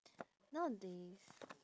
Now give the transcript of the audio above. nowadays